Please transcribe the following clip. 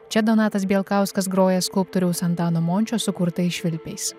čia donatas bielkauskas groja skulptoriaus antano mončio sukurtais švilpiais